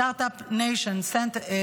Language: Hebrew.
Stratup Nation Central,